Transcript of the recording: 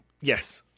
Yes